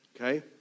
okay